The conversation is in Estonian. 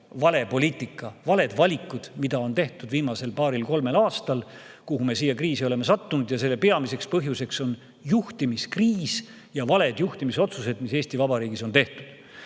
vale poliitika, valed valikud, mida on tehtud viimasel paaril-kolmel aastal, kui me siia kriisi oleme sattunud. Selle peamiseks põhjuseks on juhtimiskriis ja valed juhtimisotsused, mis Eesti Vabariigis on tehtud.